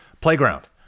playground